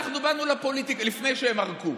אנחנו באנו לפוליטיקה לפני שהם ערקו,